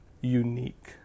unique